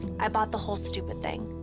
i bought the whole stupid thing.